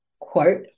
quote